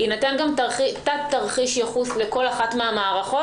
יינתן גם תת-תרחיש ייחוס לכל אחת מן המערכות,